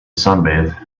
sunbathe